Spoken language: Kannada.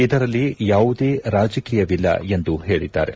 ಇದರಲ್ಲಿ ಯಾವುದೇ ರಾಜಕೀಯವಿಲ್ಲ ಎಂದು ಹೇಳಿದ್ದಾರೆ